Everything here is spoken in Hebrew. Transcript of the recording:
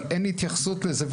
אבל אין התייחסות לזה,